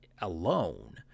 alone